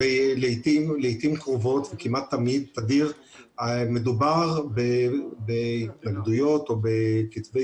הרי לעיתים קרובות וכמעט תמיד מדובר בהתנגדויות או בכתבי